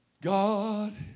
God